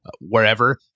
wherever